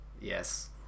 Yes